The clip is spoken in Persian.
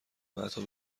بعدها